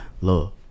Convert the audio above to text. Love